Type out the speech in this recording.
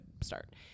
start